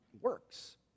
works